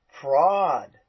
fraud